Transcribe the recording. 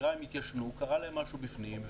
הכיריים התיישנו, קרה להם משהו בפנים.